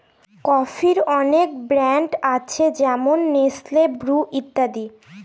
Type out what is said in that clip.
কফির অনেক ব্র্যান্ড আছে যেমন নেসলে, ব্রু ইত্যাদি